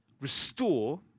restore